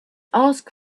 ask